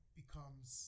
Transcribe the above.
becomes